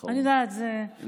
משטחי הרשות הפלסטינית.